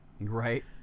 Right